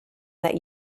that